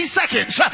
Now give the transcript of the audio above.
seconds